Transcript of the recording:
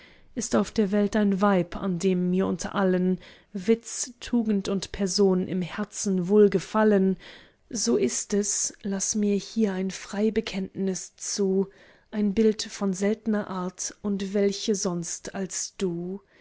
ist auf der welt ein weib an dem mir unter allen witz tugend und person im herzen wohl gefallen so ist es laß mir hier ein frei bekenntnis zu ein bild von seltner art und welche sonst als du